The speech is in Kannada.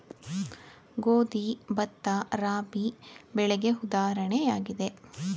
ಗೋಧಿ, ಭತ್ತ, ರಾಬಿ ಬೆಳೆಗೆ ಉದಾಹರಣೆಯಾಗಿದೆ